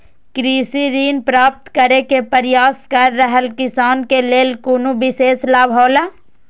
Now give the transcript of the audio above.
कृषि ऋण प्राप्त करे के प्रयास कर रहल किसान के लेल कुनु विशेष लाभ हौला?